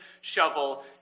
shovel